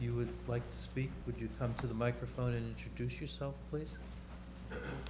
you would like to speak with you come to the microphone and introduce yourself please